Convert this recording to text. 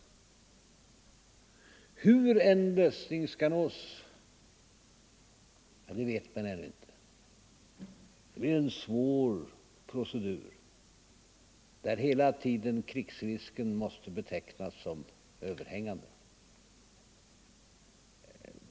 Hur en lösning skall nås vet man ännu inte. Det blir en svår procedur där hela tiden krigsrisken måste betecknas som överhängande.